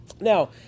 Now